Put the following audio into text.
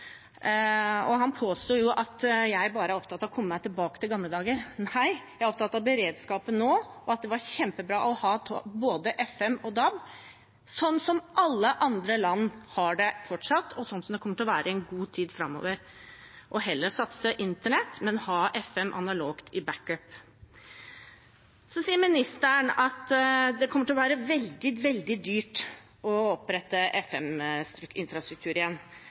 Han påstår at jeg bare er opptatt av å komme meg tilbake til gamle dager. Nei, jeg er opptatt av beredskapen nå. Det var kjempebra å ha både FM og DAB, sånn som alle andre land fortsatt har det, og sånn som det kommer til å være en god tid framover – og heller satse på internett, men ha FM analogt som backup. Så sier statsråden at det kommer til å bli veldig dyrt å opprette FM-infrastruktur igjen.